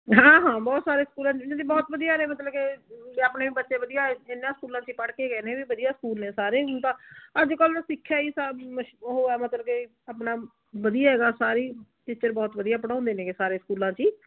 ਹਾਂ ਹਾਂ ਬਹੁਤ ਸਾਰੇ ਸਟੂਡੈਂਟ ਦੀਦੀ ਬਹੁਤ ਵਧੀਆ ਨੇ ਮਤਲਬ ਕਿ ਆਪਣੇ ਬੱਚੇ ਵਧੀਆ ਇਹਨਾਂ ਸਕੂਲਾਂ 'ਚ ਪੜ੍ਹ ਕੇ ਗਏ ਨੇ ਵੀ ਵਧੀਆ ਸਕੂਲ ਨੇ ਸਾਰੇ ਹੁਣ ਤਾਂ ਅੱਜ ਕੱਲ੍ਹ ਸਿੱਖਿਆ ਹੀ ਸਾ ਉਹ ਆ ਮਤਲਬ ਕਿ ਆਪਣਾ ਵਧੀਆ ਹੈਗਾ ਸਾਰੀ ਟੀਚਰ ਬਹੁਤ ਵਧੀਆ ਪੜ੍ਹਾਉਂਦੇ ਨੇ ਹੈਗੇ ਸਾਰੇ ਸਕੂਲਾਂ 'ਚ